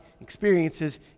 experiences